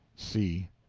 c.